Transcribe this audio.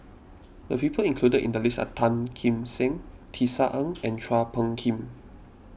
the people included in the list are Tan Kim Seng Tisa Ng and Chua Phung Kim